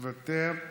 מוותר,